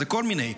זה כל מיני.